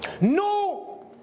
no